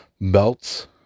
belts